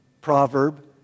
proverb